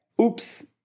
oops